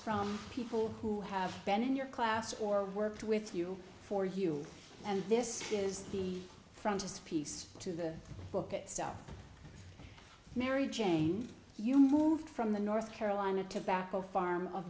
from people who have been in your class or worked with you for you and this is the frontispiece to the book itself mary jane you moved from the north carolina tobacco farm of